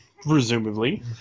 presumably